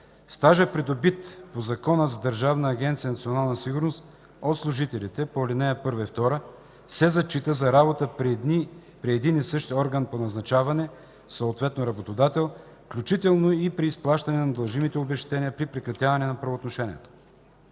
Стажът, придобит по Закона за Държавна агенция „Национална сигурност” от служителите по ал. 1 и 2, се зачита за работа при един и същ орган по назначаване, съответно работодател, включително и при изплащане на дължимите обезщетения при прекратяване на правоотношенията.